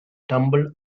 tumbled